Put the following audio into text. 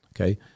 Okay